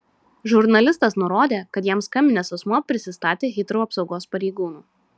žurnalistas nurodė kad jam skambinęs asmuo prisistatė hitrou apsaugos pareigūnu